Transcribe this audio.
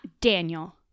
Daniel